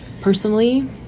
personally